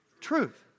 truth